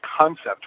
concept